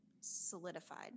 solidified